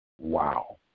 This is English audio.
Wow